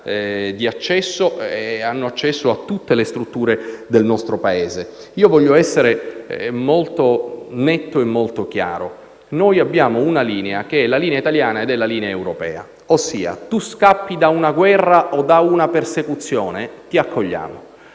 piena possibilità di accesso a tutte le strutture del nostro Paese. Voglio essere molto netto e chiaro. Noi abbiamo una linea, che è la linea italiana e la linea europea: tu scappi da una guerra o una persecuzione? Ti accogliamo.